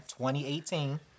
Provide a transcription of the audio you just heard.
2018